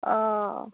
অ'